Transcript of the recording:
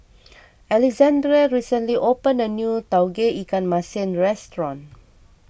Alexandrea recently opened a new Tauge Ikan Masin restaurant